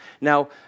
Now